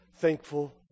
thankful